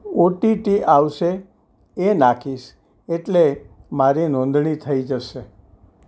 OTT આવશે એ નાખીશ એટલે મારી નોંધણી થઈ જશે